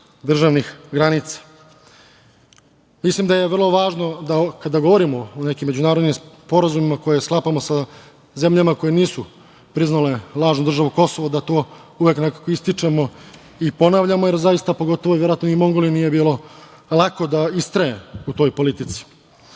državnih granica. Mislim da je vrlo važno, kada govorimo o međunarodnim sporazumima koje sklapamo sa zemljama koje nisu priznale lažnu državu Kosovo, da to uvek nekako ističemo i ponavljamo, jer zaista pogotovo i Mongoliji nije bilo lako da istraje u toj politici. Mongolija